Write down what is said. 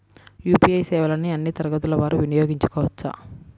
UPI సేవలని అన్నీ తరగతుల వారు వినయోగించుకోవచ్చా?